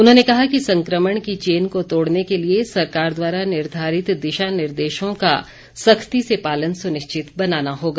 उन्होंने कहा कि संक्रमण की चेन को तोड़ने के लिए सरकार द्वारा निर्धारित दिशा निर्देशों का सख्ती से पालन सुनिश्चित बनाना होगा